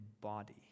body